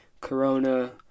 Corona